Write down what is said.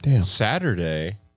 Saturday